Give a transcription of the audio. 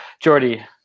Jordy –